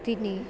त्रीणि